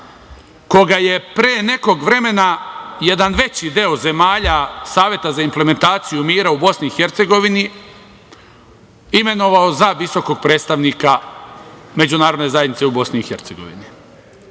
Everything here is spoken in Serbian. koga je pre nekog vremena jedan veći deo zemalja Saveta za implementaciju mira u BiH imenovao za visokog predstavnika međunarodne zajednice u BiH.